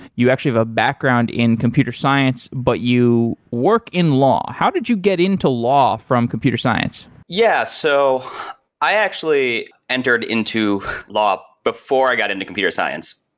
you actually have a background in computer science, but you work in law. how did you get into law from computer science? yeah. so i actually entered into law before i got into computer science.